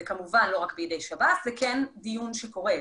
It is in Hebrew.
זה כן דיון שקורה.